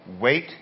wait